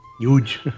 Huge